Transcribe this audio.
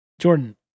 Jordan